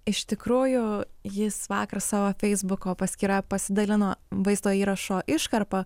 iš tikrųjų jis vakar savo feisbuko paskyroje pasidalino vaizdo įrašo iškarpa